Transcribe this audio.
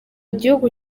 gihugu